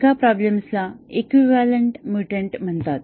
एका प्रॉब्लेम्सला equivalent mutant म्हणतात